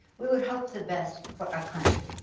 we would hope the best for our country.